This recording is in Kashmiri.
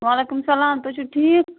وعلیکُم سلام تُہۍ چھُو ٹھیٖک